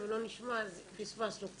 אז הם לא צריכים להיות